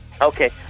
Okay